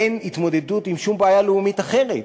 אין התמודדות עם שום בעיה לאומית אחרת.